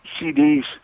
CDs